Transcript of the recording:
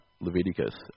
Leviticus